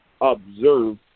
observe